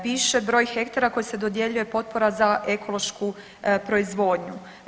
Piše broj hektara koji se dodjeljuje potpora za ekološku proizvodnju.